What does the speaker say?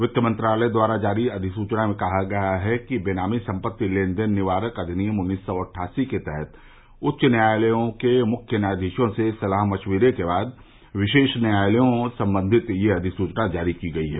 वित्त मंत्रालय द्वारा जारी अधिसूचना में कहा गया है कि बेनामी संपत्ति लेन देन निवारक अधिनियम उन्नीस सौ अट्ठासी के तहत उच्च न्यायालयों के मुख्य न्यायाधीशों से सलाह मशवरे के बाद विशेष न्यायालयों संबंधी ये अधिसुचना जारी की गई है